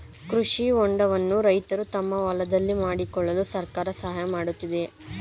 ಕೃಷಿ ಹೊಂಡವನ್ನು ರೈತರು ತಮ್ಮ ಹೊಲದಲ್ಲಿ ಮಾಡಿಕೊಳ್ಳಲು ಸರ್ಕಾರ ಸಹಾಯ ಮಾಡುತ್ತಿದೆಯೇ?